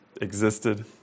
existed